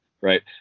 right